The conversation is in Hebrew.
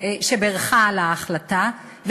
שבירכה על ההחלטה.